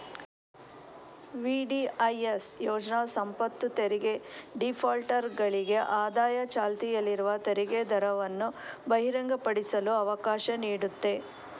VDIS ಯೋಜ್ನ ಸಂಪತ್ತುತೆರಿಗೆ ಡಿಫಾಲ್ಟರ್ಗಳಿಗೆ ಆದಾಯ ಚಾಲ್ತಿಯಲ್ಲಿರುವ ತೆರಿಗೆದರವನ್ನು ಬಹಿರಂಗಪಡಿಸಲು ಅವಕಾಶ ನೀಡುತ್ತೆ